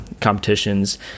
competitions